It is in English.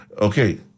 Okay